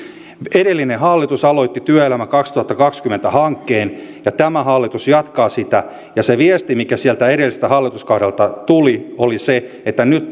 edellinen hallitus aloitti työelämä kaksituhattakaksikymmentä hankkeen ja tämä hallitus jatkaa sitä ja se viesti mikä sieltä edelliseltä hallituskaudelta tuli oli se että nyt